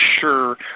sure